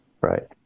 right